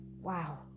wow